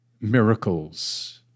miracles